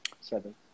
seven